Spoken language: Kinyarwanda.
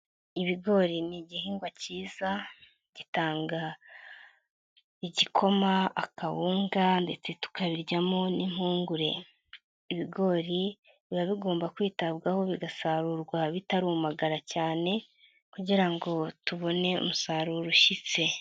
Ibigori ni igihingwa kiza gitanga igikoma, akawunga ndetse tukabiryamo n'impungure. Ibigori biba bigomba kwitabwaho bigasarurwa bitarumagara cyane kugira ngo tubone umusaruro ushyitse.